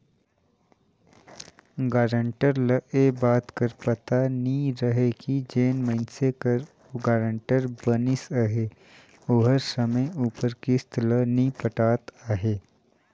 guarantor ल ए बात कर पता नी रहें कि जेन मइनसे कर ओ गारंटर बनिस अहे ओहर समे उपर किस्त ल नी पटात अहे